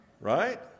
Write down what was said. right